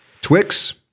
Twix